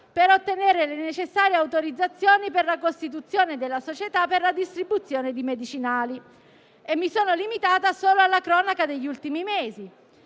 per ottenere le necessarie autorizzazioni per la costituzione della società per la distribuzione di medicinali. E mi sono limitata solo alla cronaca degli ultimi mesi.